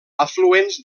afluents